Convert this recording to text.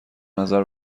نظر